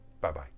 Bye-bye